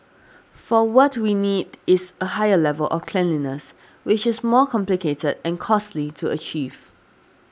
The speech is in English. for what we need is a higher level of cleanliness which is more complicated and costly to achieve